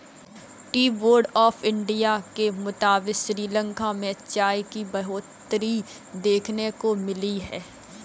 T board of India के मुताबिक़ श्रीलंका में चाय की बढ़ोतरी देखने को मिली है